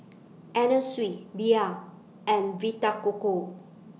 Anna Sui Bia and Vita Coco